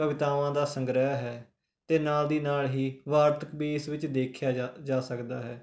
ਕਵਿਤਾਵਾਂ ਦਾ ਸੰਗ੍ਰਹਿ ਹੈ ਅਤੇ ਨਾਲ ਦੀ ਨਾਲ ਹੀ ਵਾਰਤਕ ਵੀ ਇਸ ਵਿੱਚ ਦੇਖਿਆ ਜਾ ਜਾ ਸਕਦਾ ਹੈ